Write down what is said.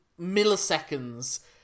milliseconds